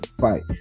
fight